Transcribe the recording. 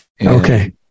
Okay